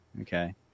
Okay